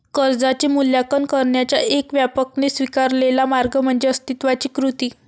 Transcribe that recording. कर्जाचे मूल्यांकन करण्याचा एक व्यापकपणे स्वीकारलेला मार्ग म्हणजे अस्तित्वाची कृती